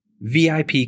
VIP